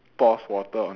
pours water on